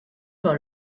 par